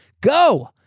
Go